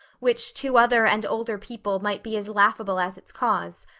which to other and older people might be as laughable as its cause,